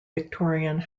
victorian